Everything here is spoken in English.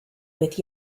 with